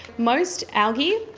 most algae,